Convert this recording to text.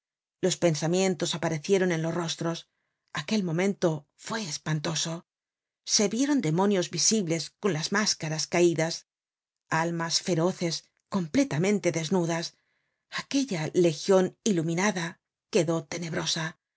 los pensamientos aparecieron en los rostros aquel momento fue espantoso se vieron demonios visibles con las máscaras caidas almas feroces completamente desnudas aquella legion iluminada quedó tenebrosa